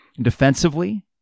defensively